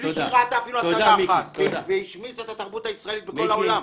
בלי שהיא ראתה אפילו הצגה אחת והשמיצה את התרבות הישראלית בכל העולם.